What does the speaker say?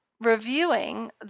reviewing